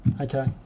Okay